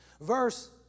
Verse